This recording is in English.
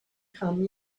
come